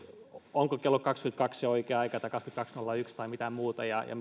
onko kello kaksikymmentäkaksi se oikea aika tai kaksikymmentäkaksi piste nolla yksi tai joku muu ja